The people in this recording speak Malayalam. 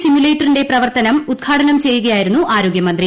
സിമുലേറ്ററിന്റെ പ്രവർത്തനം ഉദ്ഘാടനം ചെയ്യുകയായിരുന്നു ആരോഗ്യമന്ത്രി